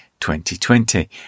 2020